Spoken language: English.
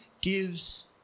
gives